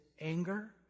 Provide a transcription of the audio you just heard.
anger